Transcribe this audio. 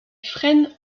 frêne